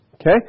Okay